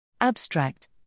Abstract